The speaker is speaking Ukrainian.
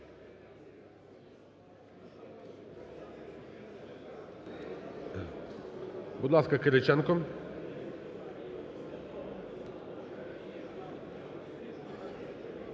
Будь ласка, Кириченко.